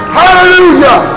hallelujah